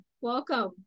Welcome